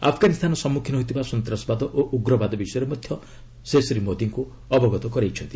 ଆଫଗାନୀସ୍ତାନ ସମ୍ମଖୀନ ହେଉଥିବା ସନ୍ତାସବାଦ ଓ ଉଗ୍ରବାଦ ବିଷୟରେ ମଧ୍ୟ ସେ ଶ୍ରୀ ମୋଦିଙ୍କୁ ଜଣାଇଛନ୍ତି